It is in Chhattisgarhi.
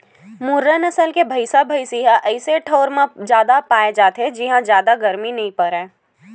मुर्रा नसल के भइसा भइसी ह अइसे ठउर म जादा पाए जाथे जिंहा जादा गरमी नइ परय